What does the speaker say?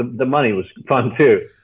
the money was fun too,